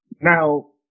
Now